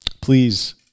Please